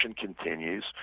continues